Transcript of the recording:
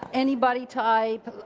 any body type.